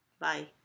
Bye